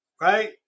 Right